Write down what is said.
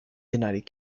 united